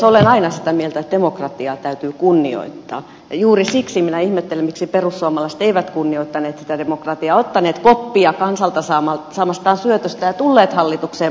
olen aina sitä mieltä että demokratiaa täytyy kunnioittaa ja juuri siksi minä ihmettelen miksi perussuomalaiset eivät kunnioittaneet sitä demokratiaa ottaneet koppia kansalta saamastaan syötöstä ja tulleet hallitukseen muuttamaan maailmaa